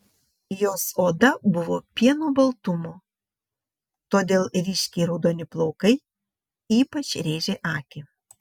jos oda buvo pieno baltumo todėl ryškiai raudoni plaukai ypač rėžė akį